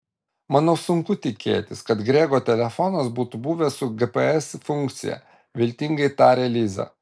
manau sunku tikėtis kad grego telefonas būtų buvęs su gps funkcija viltingai tarė liza